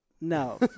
No